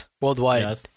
worldwide